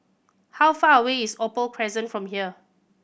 how far away is Opal Crescent from here